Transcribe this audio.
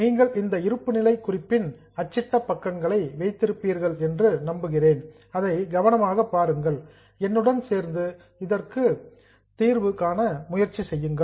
நீங்கள் இந்த இருப்புநிலை குறிப்பின் அச்சிட்ட பக்கங்களை வைத்திருப்பீர்கள் அதை கவனமாக பாருங்கள் என்னுடன் சேர்ந்து இதற்கு ஷால்வ் தீர்வு காண முயற்சி செய்யுங்கள்